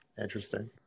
interesting